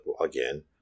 again